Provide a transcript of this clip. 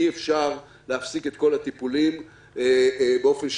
אי אפשר להפסיק את כל הטיפולים באופן שרירותי.